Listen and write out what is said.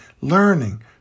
learning